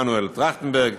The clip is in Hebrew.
מנואל טרכטנברג,